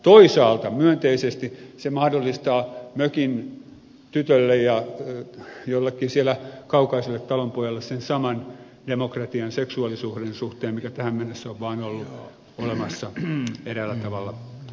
toisaalta myönteisesti se mahdollistaa mökintytölle ja siellä jollekin kaukaiselle talonpojalle sen saman demokratian seksuaalisuuden suhteen mikä tähän mennessä on vaan ollut olemassa eräällä tavalla kaupungistuneena